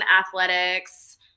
Athletics